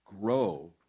grow